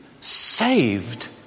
saved